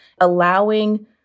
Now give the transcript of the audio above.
allowing